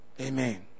Amen